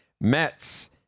Mets